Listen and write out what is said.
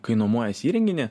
kai nuomuojasi įrenginį